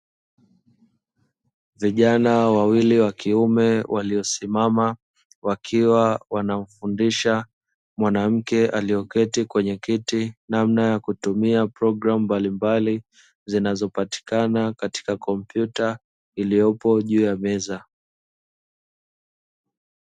Vijana wawili wa kiume waliosimama. Wakiwa wanamfundisha mwanamke aliyeketi kwenye kiti namna ya kutumia programu mbalimbali, zinazopatikana katika kompyuta iliyopo juu ya meza.